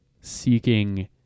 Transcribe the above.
seeking